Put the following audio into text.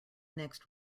next